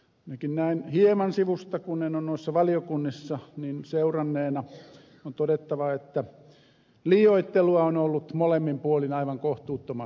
ainakin näin hieman sivusta kun en ole noissa valiokunnissa seuranneena on todettava että liioittelua on ollut molemmin puolin aivan kohtuuttomasti